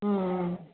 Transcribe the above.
ம் ம்